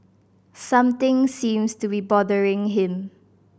something seems to be bothering him